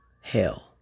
hell